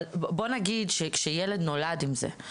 אבל בוא נגיד כשילד נולד עם זה,